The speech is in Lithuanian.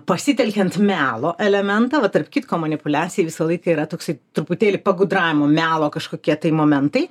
pasitelkiant melo elementąva tarp kitko manipuliacijai visą laiką yra toksai truputėlį pagudravimo melo kažkokie tai momentai